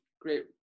Great